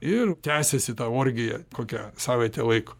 ir tęsiasi tą orgija kokią savaitę laiko